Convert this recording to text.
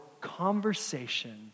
conversation